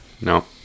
No